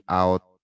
out